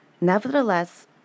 nevertheless